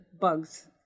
bugs